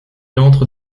entre